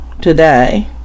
today